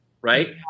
right